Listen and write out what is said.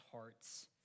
hearts